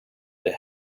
they